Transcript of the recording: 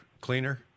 cleaner